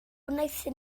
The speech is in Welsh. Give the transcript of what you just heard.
wnaeth